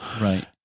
Right